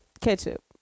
ketchup